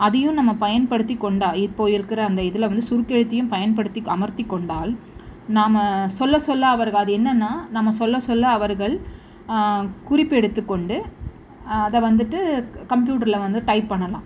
அதையும் நம்ம பயன்படுத்திக் கொண்டால் இப்போது இருக்கிற அந்த இதில் வந்து சுருக்கெழுத்தையும் பயன்படுத்தி அமர்த்திக் கொண்டால் நாம சொல்லச் சொல்ல அவருக்கு அது என்னென்னா நம்ம சொல்லச் சொல்ல அவர்கள் குறிப்பெடுத்துக் கொண்டு அதை வந்துட்டு கம் கம்ப்யூட்டர்ல வந்து டைப் பண்ணலாம்